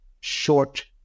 short